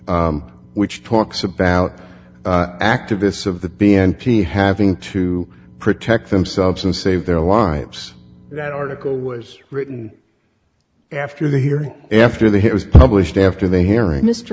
which talks about activists of the b n p having to protect themselves and save their lives that article was written after the hearing after the hit was published after they hear it mr